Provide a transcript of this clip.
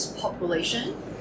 population